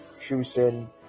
choosing